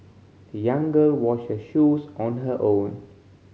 the young girl washed her shoes on her own